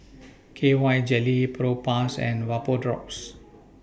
K Y Jelly Propass and Vapodrops